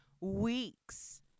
weeks